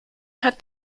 has